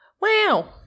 wow